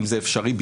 אם זה בכלל אפשרי.